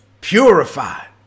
purified